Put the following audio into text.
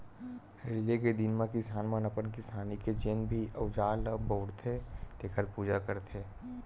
हरेली के दिन म किसान मन अपन किसानी के जेन भी अउजार ल बउरथे तेखर पूजा करथे